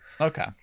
Okay